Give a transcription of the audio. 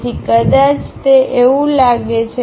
તેથી કદાચ તે એવું લાગે છે